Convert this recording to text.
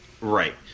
Right